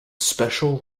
special